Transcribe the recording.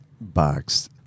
box